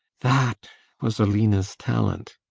that was aline's talent.